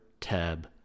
tab